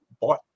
bought